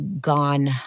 gone